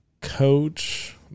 coach